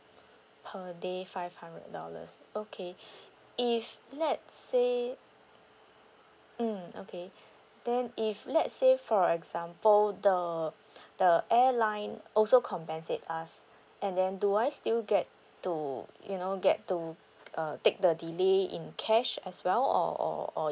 per day five hundred dollars okay if let's say mm okay then if let's say for example the the airline also compensate us and then do I still get to you know get to uh take the delay in cash as well or or or